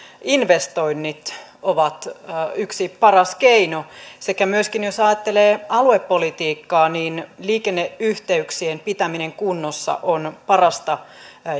investoinnit ovat yksi paras keino sekä myöskin jos ajattelee aluepolitiikkaa niin liikenneyhteyksien pitäminen kunnossa on parasta